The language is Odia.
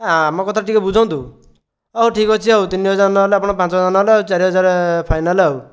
ଆମ କଥା ଟିକେ ବୁଝନ୍ତୁ ହେଉ ଠିକ୍ ଅଛି ଆଉ ତିନିହଜାର ନହେଲେ ଆପଣ ପାଞ୍ଚହଜାର ନହେଲେ ଆଉ ଚାରିହଜାର ଫାଇନାଲ ଆଉ